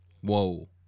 Whoa